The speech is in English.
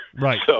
Right